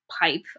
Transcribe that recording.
pipe